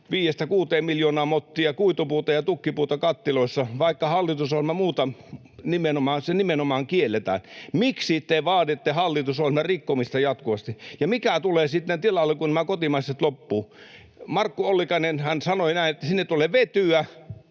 5–6 miljoonaa mottia kuitupuuta ja tukkipuuta kattiloissa, vaikka hallitusohjelmassa se nimenomaan kielletään. Miksi te vaaditte hallitusohjelman rikkomista jatkuvasti? Ja mikä tulee sitten tilalle, kun nämä kotimaiset loppuvat? Markku Ollikainen sanoi näin, että sinne tulee vetyä.